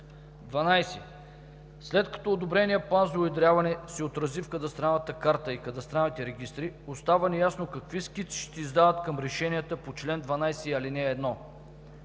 12. След като одобреният план за уедряване се отрази в кадастралната карта и кадастралните регистри, остава неясно какви скици ще се издават към решенията по чл. 12, ал. 1.